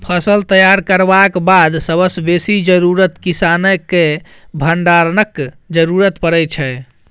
फसल तैयार करबाक बाद सबसँ बेसी जरुरत किसानकेँ भंडारणक जरुरत परै छै